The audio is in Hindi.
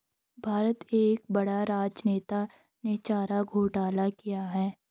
भारत का एक बड़ा राजनेता ने चारा घोटाला किया